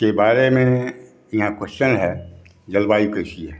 के बारे में मेरा कोश्चन है जलवायु कैसी है